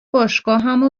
باشگاهمو